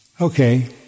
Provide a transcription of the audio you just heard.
Okay